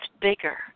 bigger